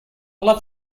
love